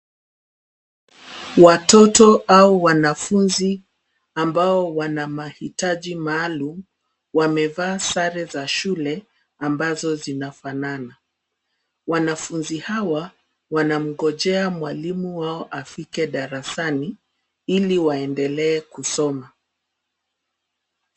Watoto au wanafunzi ambao wana mahitaji maalum wamevaa sare za shule ambazo zinafanana. Wanafunzi hawa wanamngojea mwalimu wao afike darasani ili waendelee kusoma.